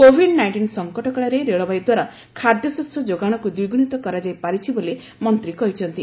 Covid nineteen ସଂକଟ କାଳରେ railway ଦ୍ୱାରା ଖାଦ୍ୟଶସ୍ୟ ଯୋଗାଣକୁ ଦ୍ୱିଗୁଣିତ କରାଯାଇ ପାରିଛି ବୋଲି ମନ୍ତ୍ରୀ କହିଛନ୍ତି